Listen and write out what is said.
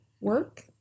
work